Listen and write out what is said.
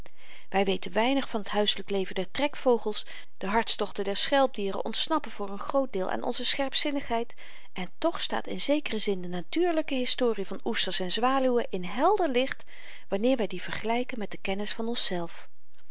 wy weten weinig van t huiselyk leven der trekvogels de hartstochten der schelpdieren ontsnappen voor n groot deel aan onze scherpzinnigheid en toch staat in zekeren zin de natuurlyke historie van oesters en zwaluwen in helder licht wanneer wy die vergelyken met de kennis van onszelf